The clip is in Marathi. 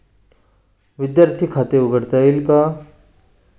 विद्यार्थी खाते उघडता येईल का?